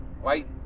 white